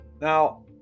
Now